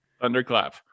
Thunderclap